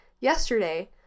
Yesterday